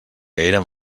érem